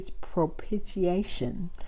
propitiation